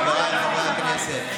חבריי חברי הכנסת,